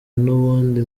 n’ubundi